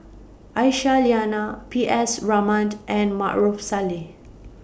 Aisyah Lyana P S Raman and Maarof Salleh